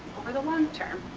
over the long term.